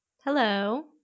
Hello